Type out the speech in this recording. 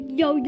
yo